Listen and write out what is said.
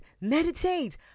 meditate